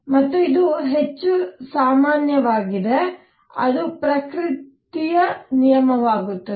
ಮತ್ತು ಇದು ಹೆಚ್ಚು ಸಾಮಾನ್ಯವಾಗಿದೆ ಮತ್ತು ಅದು ಪ್ರಕೃತಿಯ ನಿಯಮವಾಗುತ್ತದೆ